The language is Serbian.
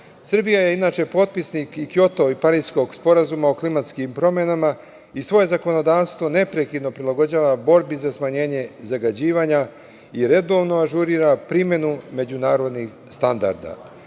zakone. Srbija je inače potpisnik i Kjoto i Pariskog sporazuma o klimatskim promenama i svoje zakonodavstvo neprekidno prilagođava borbi za smanjenje zagađivanja i redovno ažurira primenu međunarodnih standarda. To